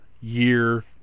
year